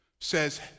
says